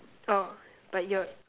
oh but your